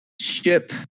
ship